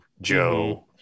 Joe